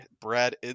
Brad